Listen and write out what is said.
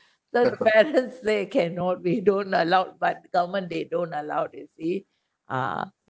the parents they cannot be they don't allow but government they don't allow you see uh